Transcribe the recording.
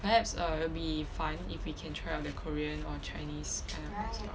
perhaps err be fun if we can try out the korean or chinese kind of lifestyle